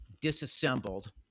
disassembled